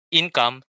income